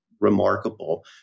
remarkable